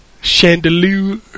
Chandelier